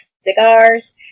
cigars